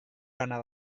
lana